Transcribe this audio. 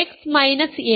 x R ലാണ്